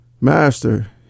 Master